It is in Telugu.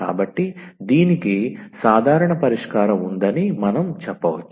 కాబట్టి దీనికి సాధారణ పరిష్కారం ఉందని మనం చెప్పవచ్చు